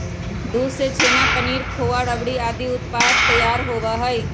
दूध से छेना, पनीर, खोआ, रबड़ी आदि उत्पाद तैयार होबा हई